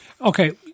Okay